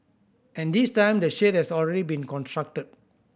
and this time the shade has already been constructed